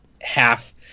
half